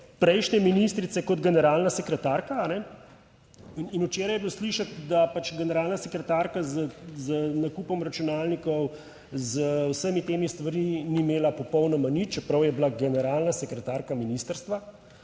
prejšnje ministrice kot generalna sekretarka. In včeraj je bilo slišati, da pač generalna sekretarka z nakupom računalnikov z vsemi temi stvarmi ni imela popolnoma nič, čeprav je bila generalna sekretarka ministrstva,